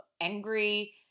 angry